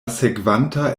sekvanta